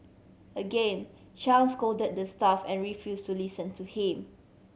again Chang scolded the staff and refuse to listen to him